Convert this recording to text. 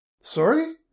Sorry